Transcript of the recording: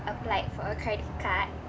applied for a credit card